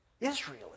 Israel